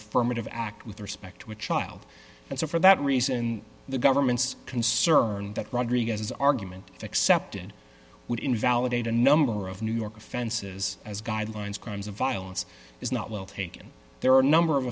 affirmative act with respect to a child and so for that reason the government's concerned that rodriguez argument excepted would invalidate a number of new york offenses as guidelines crimes of violence is not well taken there are a number of